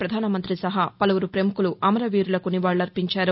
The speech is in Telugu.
ప్రధానమంత్రి సహా పలువురు పముఖులు అమరవీరులకు నివాళులర్పించారు